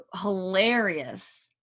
hilarious